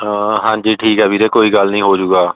ਹਾਂਜੀ ਠੀਕ ਆ ਵੀਰੇ ਕੋਈ ਗੱਲ ਨਹੀਂ ਹੋ ਜੂਗਾ